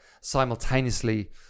simultaneously